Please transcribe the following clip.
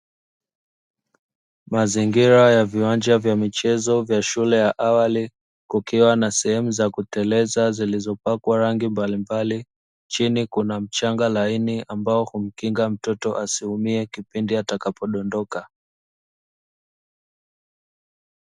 Mazingira ya viwanja vya michezo vya shule ya awali, kukiwa na sehemu za kuteleza zilizopakwa rangi mbalimbali, chini kuna mchanga laini ambao kumkinga mtoto asiumie kipindi atakapodondoka.